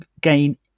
gain